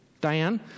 Diane